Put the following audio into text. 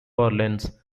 orleans